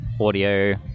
audio